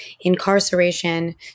incarceration